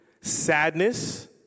sadness